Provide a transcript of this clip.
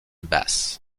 bass